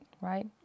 right